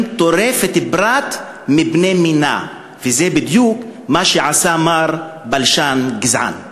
טורפת פרט מבני מינה" וזה בדיוק מה שעשה מר בלשן גזען.